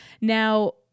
Now